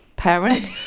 parent